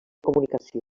comunicació